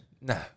No